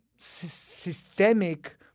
Systemic